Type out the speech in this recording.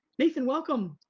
nathan, welcome.